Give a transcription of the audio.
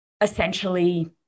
essentially